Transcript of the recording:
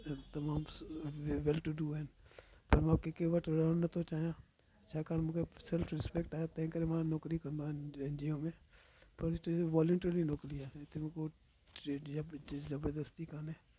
ऐं तमामु well to do आहिनि पर मां किकी वटि रहणु नथो चाहियां छाकाणि मूंखे सेल्फ रिसपेक्ट आहे तंहिं करे मां नौकिरी कंदो आहियां एन जी ओ में पर हिते वॉलनटियर जी नौकिरी आहे इते को या ज़बरदस्ती कोन्हे